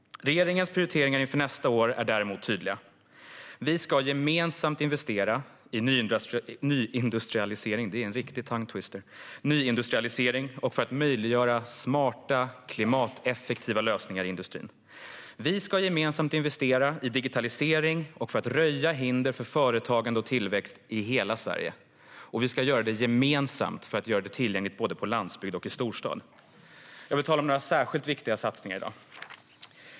Regeringens prioriteringar inför nästa år är tydliga: Vi ska gemensamt investera i nyindustrialisering - en riktig tongue twister - och för att möjliggöra smarta, klimateffektiva lösningar i industrin. Vi ska gemensamt investera i digitalisering och röjda hinder för företagande och tillväxt i hela Sverige. Vi ska göra det gemensamt för att göra detta tillgängligt både på landsbygd och i storstad. Jag vill tala om några särskilt viktiga satsningar i dag.